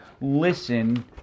listen